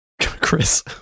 Chris